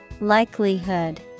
Likelihood